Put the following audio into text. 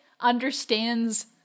understands